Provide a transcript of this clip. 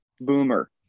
boomer